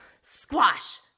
squash